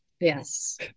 Yes